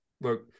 look